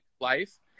life